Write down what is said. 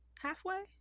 Halfway